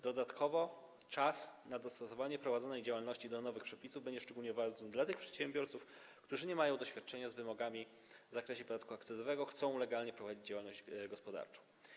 Dodatkowo czas na dostosowanie prowadzonej działalności do nowych przepisów będzie szczególnie ważny dla tych przedsiębiorców, którzy nie mają doświadczenia, jeśli chodzi o wymagania w zakresie podatku akcyzowego, a chcą legalnie prowadzić działalność gospodarczą.